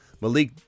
Malik